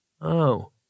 Oh